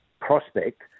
prospect